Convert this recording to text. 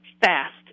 fast